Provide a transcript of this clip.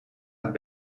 het